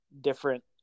different